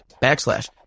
backslash